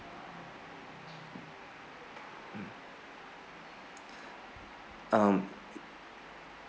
um